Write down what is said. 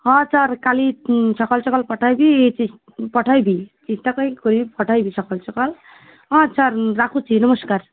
ହଁ ସାର୍ କାଲି ସଖାଳୁ ସଖାଳୁ ପଠାଇବି ଚିସ ପଠାଇବି ଚିଷ୍ଟା କରିବି ପଠାଇବି ସଖାଳୁ ସଖାଳୁ ହଁ ସାର୍ ରାଖୁଛି ନମସ୍କାର